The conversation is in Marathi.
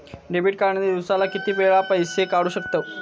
डेबिट कार्ड ने दिवसाला किती वेळा पैसे काढू शकतव?